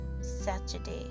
Saturday